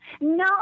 No